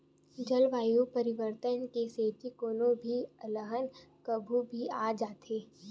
जलवायु परिवर्तन के सेती कोनो भी अलहन कभू भी आ जाथे